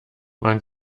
man